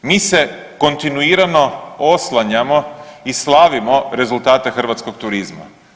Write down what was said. Mi se kontinuirano oslanjamo i slavimo rezultate hrvatskog turizma.